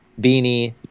Beanie